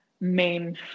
main